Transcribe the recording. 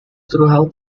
throughout